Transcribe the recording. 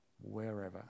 wherever